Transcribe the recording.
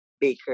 baker